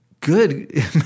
good